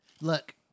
Look